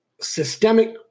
systemic